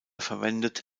verwendet